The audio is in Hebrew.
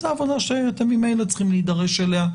זו עבודה שאתם ממילא צריכים להידרש אליה,